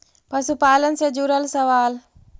पशुपालन से जुड़ल सवाल?